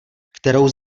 kterou